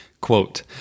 quote